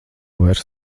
vairs